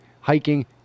hiking